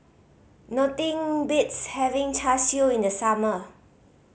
nothing beats having Char Siu in the summer